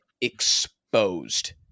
exposed